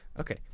Okay